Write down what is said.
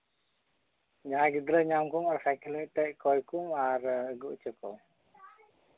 ᱡᱟᱦᱟᱸᱭ ᱜᱤᱫᱽᱨᱟᱹ ᱧᱟᱢ ᱠᱚᱢ ᱟᱨ ᱥᱟᱭᱠᱮᱹᱞ ᱛᱮᱫ ᱠᱚᱭ ᱠᱚᱢ ᱟᱨ ᱟᱹᱜᱩ ᱦᱚᱪᱚ ᱠᱚᱢ